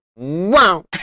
wow